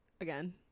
again